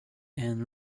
and